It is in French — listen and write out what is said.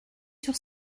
sur